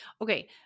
Okay